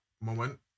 moment